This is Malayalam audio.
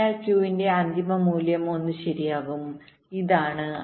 അതിനാൽ ക്യൂവിന്റെ അന്തിമ മൂല്യം 1 ശരിയാകും ഇതാണ്